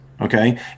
Okay